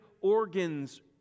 organs